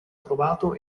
trovato